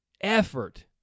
effort